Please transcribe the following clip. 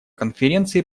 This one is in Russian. конференции